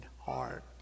heart